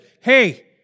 hey